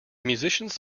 musicians